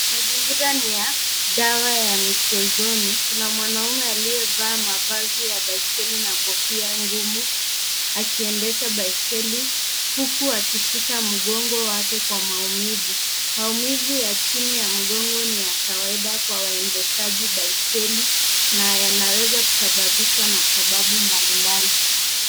Mazingira ni ya dawa ya michezoni. Kuna mwanaume aliyaveaa mavazi ya baiskeli na kofia ngumu akiendesha baiskeli huku akishika mgongo wake kwa maumivu. Maumivu ya chini ya mgongo ni ya kawaida kwa waendeshaji baiskeli na yanaweza kusababishwa na sababu mbali mbali.